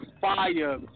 fire